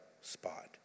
spot